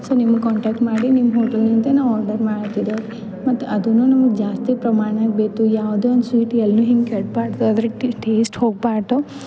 so ನಿಮಗೆ contact ಮಾಡಿ ನಿಮ್ಮ ಹೋಟೆಲ್ನಿಂದ ನಾವು ಆರ್ಡರ್ ಮಾಡಿದ್ವಿರ ಮತ್ತು ಅದನೂ ನಮಗೆ ಜಾಸ್ತಿ ಪ್ರಮಾಣಾಗೆ ಬೇಕು ಯಾವುದೇ ಒಂದು ಸ್ವೀಟ್ ಎಲ್ಲು ಹಿಂಗೆ ಕೆಡಬಾಡ್ದು ಅದ್ರ ಟೇಸ್ಟ ಹೋಗಬಾರ್ದು